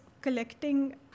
collecting